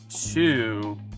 Two